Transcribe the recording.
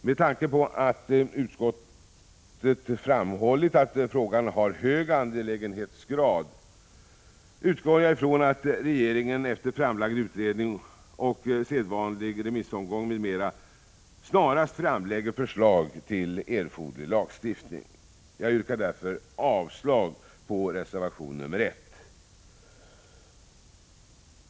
Med tanke på att utskottet framhållit att frågan har hög angelägenhetsgrad utgår jag ifrån att regeringen efter framlagd utredning och sedvanlig remissomgång m.m. snarast framlägger förslag till erforderlig lagstiftning. Jag yrkar därför avslag på reservation 1.